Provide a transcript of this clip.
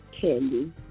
Candy